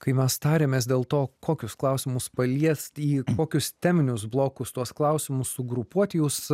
kai mes tariamės dėl to kokius klausimus paliest į kokius teminius blokus tuos klausimus sugrupuot jūs